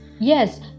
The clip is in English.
Yes